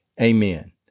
Amen